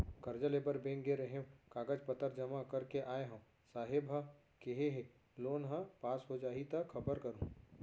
करजा लेबर बेंक गे रेहेंव, कागज पतर जमा कर के आय हँव, साहेब ह केहे हे लोन ह पास हो जाही त खबर करहूँ